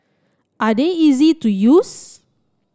are they easy to use